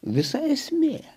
visa esmė